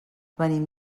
venim